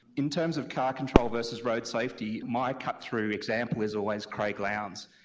in terms of car control versus road safety, my cut-through example is always craig lowndes.